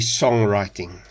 songwriting